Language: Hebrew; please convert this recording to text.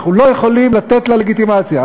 אנחנו לא יכולים לתת לה לגיטימציה,